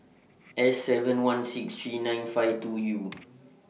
S seven one six three nine five two U